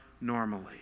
normally